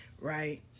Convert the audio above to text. right